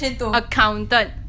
Accountant